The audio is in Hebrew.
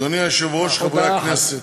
אדוני היושב-ראש, חברי הכנסת,